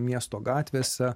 miesto gatvėse